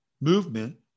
movement